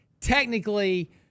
Technically